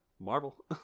Marvel